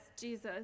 Jesus